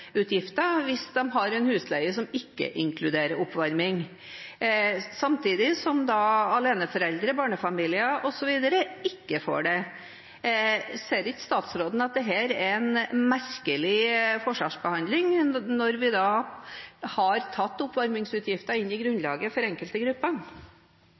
hvis de har en husleie som ikke inkluderer oppvarming, samtidig som aleneforeldre, barnefamilier osv. ikke får det. Ser ikke statsråden at dette er en merkelig forskjellsbehandling – når vi da har tatt oppvarmingsutgiften inn i